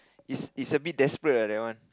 it's it's a bit desperate err that one